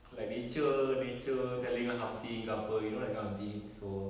like nature nature telling us something ke apa you know that kind of thing so